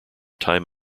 time